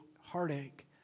heartache